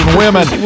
women